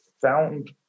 found